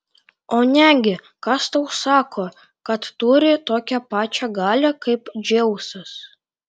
o negi kas tau sako kad turi tokią pačią galią kaip dzeusas